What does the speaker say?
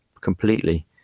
completely